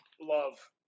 love